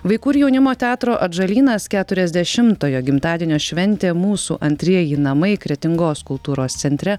vaikų ir jaunimo teatro atžalynas keturiasdešimtojo gimtadienio šventė mūsų antrieji namai kretingos kultūros centre